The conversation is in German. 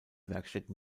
werkstätten